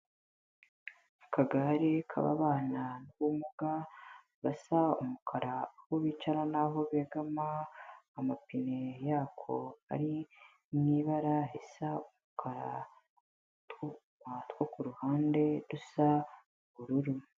Akagare k'ababana n'ubumuga, gasa umukara aho bicara n'aho begama, amapine yako ari mu ibara risa umukara, utwuma two ku ruhande dusa ubururu.